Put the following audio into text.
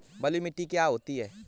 बलुइ मिट्टी क्या होती हैं?